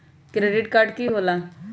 Credit card की होला?